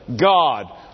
God